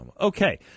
Okay